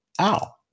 ow